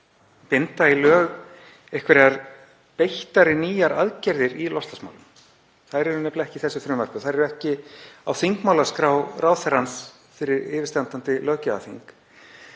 binda í lög einhverjar beittari, nýjar aðgerðir í loftslagsmálum. Þær eru nefnilega ekki í þessu frumvarpi og þær eru ekki á þingmálaskrá ráðherrans fyrir yfirstandandi löggjafarþing.